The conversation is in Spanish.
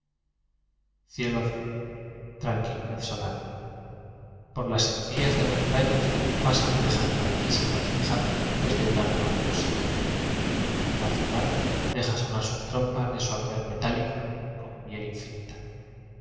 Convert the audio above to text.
ielo azul tranquilidad solar por las encías de las murallas pasan ovejas blan quísimas dejando nubes de piafa vaporosa la ciudad deja sonar sus trompas de sua vidad metálica como miel infinita